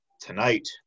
tonight